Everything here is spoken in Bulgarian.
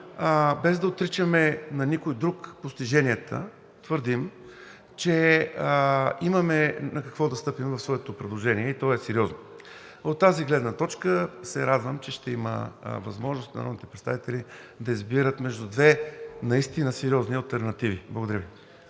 без да отричаме постиженията на никого другиго, твърдим, че имаме на какво да стъпим в своето предложение, и то е сериозно. От тази гледна точка се радвам, че ще има възможност народните представители да избират между две наистина сериозни алтернативи. Благодаря Ви.